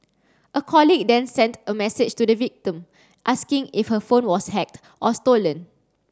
a colleague then sent a message to the victim asking if her phone was hacked or stolen